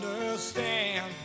understand